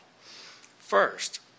First